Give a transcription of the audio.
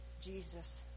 Jesus